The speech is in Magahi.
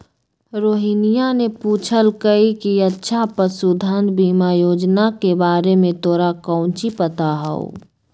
रोहिनीया ने पूछल कई कि अच्छा पशुधन बीमा योजना के बारे में तोरा काउची पता हाउ?